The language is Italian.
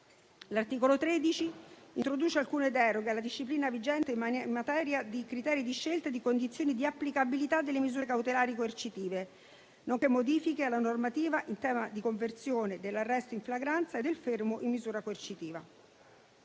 L'articolo 13 introduce alcune deroghe alla disciplina vigente in materia di criteri di scelta e di condizioni di applicabilità delle misure cautelari coercitive, nonché modifiche alla normativa in tema di conversione dell'arresto in flagranza e del fermo in misura coercitiva.